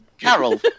Carol